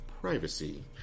privacy